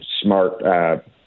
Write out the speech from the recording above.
smart